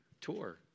tour